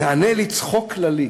יענה לי צחוק כללי.